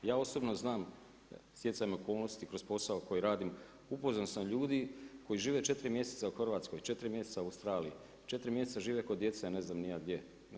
Ja osobno znam stjecajem okolnosti kroz posao koji radim, upoznao sam ljudi koji žive 4 mjeseca u Hrvatskoj, 4 mjeseca u Australiji, 4 mjeseca žive kod djece, ne znam ni ja gdje.